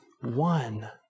one